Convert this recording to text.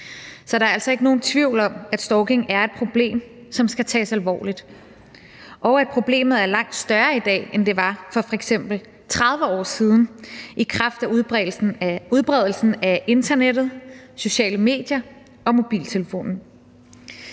Så der er altså ikke nogen tvivl om, at stalking er et problem, som skal tages alvorligt, og at problemet er langt større i dag, end det var for f.eks. 30 år siden, i kraft af udbredelsen af internettet, sociale medier og mobiltelefonen.